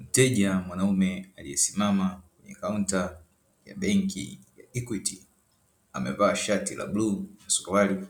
Mteja mwanaume aliyesimama kwenye kaunta ya benki ya ikwiti, amevaa shati la bluu suruali